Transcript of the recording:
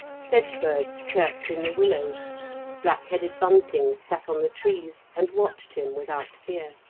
sedge-birds chirped in the willows black-headed buntings sat on the trees, and watched him without fear.